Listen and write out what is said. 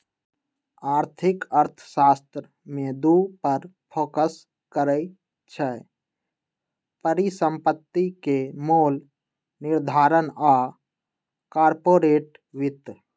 आर्थिक अर्थशास्त्र में दू पर फोकस करइ छै, परिसंपत्ति के मोल निर्धारण आऽ कारपोरेट वित्त